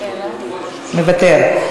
מוותר.